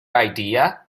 idea